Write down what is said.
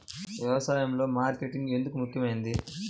వ్యసాయంలో మార్కెటింగ్ ఎందుకు ముఖ్యమైనది?